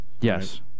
Yes